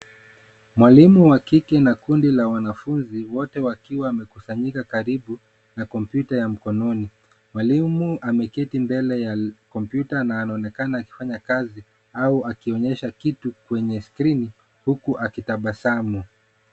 Mwalimu wa kike na kundi la wanafunzi wote wakiwa wamekusanyika karibu na kompyuta ya mkononi. Mwalimu ameketi mbele ya kompyuta na anaonekana akifanya kazi au akionyesha kitu kwenye skrini huku akitabasamu.